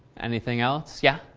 anything else? yeah.